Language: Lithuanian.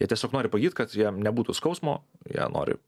jie tiesiog nori pagyt kad jiem nebūtų skausmo jie nori